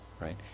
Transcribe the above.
right